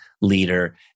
leader